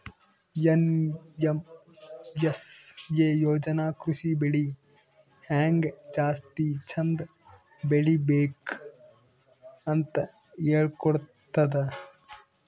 NMSA ಯೋಜನಾ ಕೃಷಿ ಬೆಳಿ ಹೆಂಗ್ ಜಾಸ್ತಿ ಚಂದ್ ಬೆಳಿಬೇಕ್ ಅಂತ್ ಹೇಳ್ಕೊಡ್ತದ್